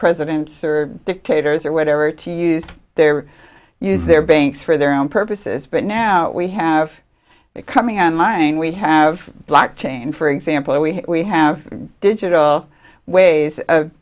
presidents or dictators or whatever to use their use their banks for their own purposes but now we have it coming on line we have blocked chain for example we have digital ways of